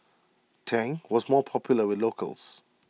Tang was more popular with locals